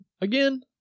Again